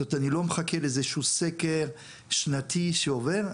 אני לא מחכה לאיזשהו סקר שנתי שעובר.